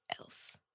else